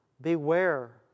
beware